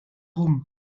rum